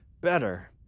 better